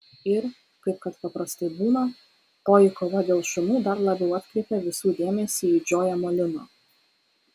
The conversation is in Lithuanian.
ir kaip kad paprastai būna toji kova dėl šunų dar labiau atkreipė visų dėmesį į džoją molino